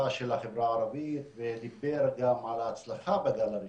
של החברה הערבית ודיבר גם על ההצלחה בגל הראשון,